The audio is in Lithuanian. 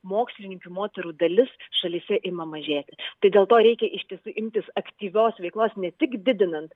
mokslininkių moterų dalis šalyse ima mažėti tai dėl to reikia iš tiesų imtis aktyvios veiklos ne tik didinant